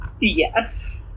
Yes